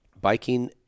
biking